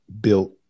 built